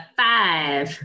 five